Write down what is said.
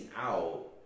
out